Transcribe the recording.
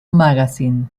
magazine